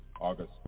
August